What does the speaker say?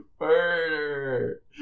Murder